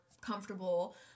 comfortable